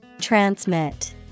Transmit